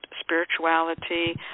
spirituality